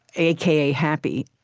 a k a. happy,